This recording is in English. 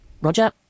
Roger